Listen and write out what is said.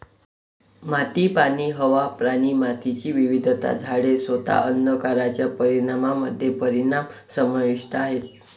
माती, पाणी, हवा, प्राणी, मातीची विविधता, झाडे, स्वतः अन्न कारच्या परिणामामध्ये परिणाम समाविष्ट आहेत